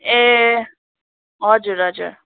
ए हजुर हजुर